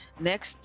next